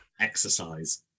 exercise